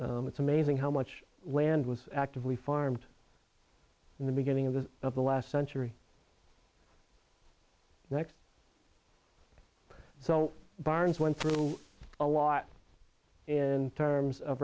it's amazing how much land was actively farmed in the beginning of this of the last century next so barns went through a lot in terms of